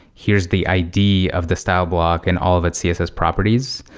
here's the id of the style block and all of its css properties,